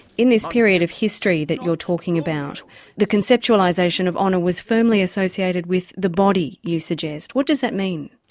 in this period of history that you're talking about the conceptualisation of honour was firmly associated with the body, you suggest. what does that mean?